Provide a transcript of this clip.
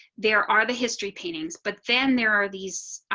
there are the history paintings. but then there are these